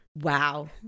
Wow